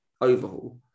overhaul